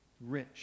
Rich